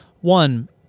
One